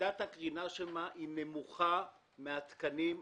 מידת הקרינה שם נמוכה מן התקנים המחייבים.